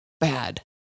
bad